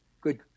good